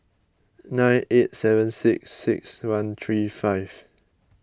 nine eight seven six six one three five